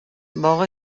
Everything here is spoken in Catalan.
boga